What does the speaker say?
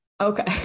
Okay